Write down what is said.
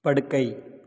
படுக்கை